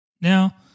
Now